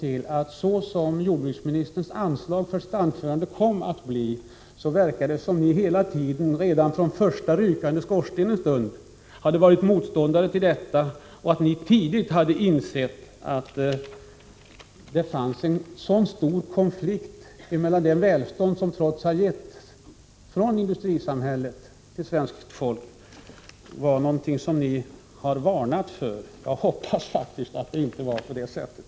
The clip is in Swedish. Så som anslaget i jordbruksministerns anförande kom att utformas verkade det som om ni hela tiden — redan från den första rykande skorstenen — varit motståndare, tidigt insett och varnat för att det fanns en konflikt mellan dessa förhållanden och det välstånd som industrisamhället trots allt har gett svenska folket. Jag hoppas faktiskt att det inte var menat på det sättet.